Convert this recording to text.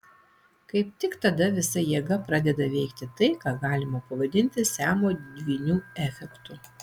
kaip tik tada visa jėga pradeda veikti tai ką galima pavadinti siamo dvynių efektu